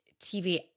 TV